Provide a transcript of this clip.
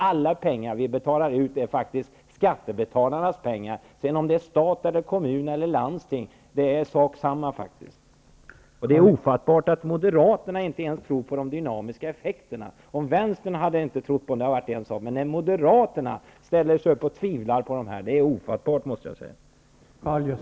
Alla pengar som betalas ut är faktiskt skattebetalarnas pengar. Det är sedan sak samma om det är fråga om stat, kommun eller landsting. Det är ofattbart att inte ens Moderaterna tror på de dynamiska effekterna. Det hade varit en sak om inte Vänstern hade trott på det. Men det är ofattbart när Moderaterna tvivlar.